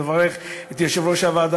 מברך את יושב-ראש הוועדה,